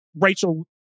Rachel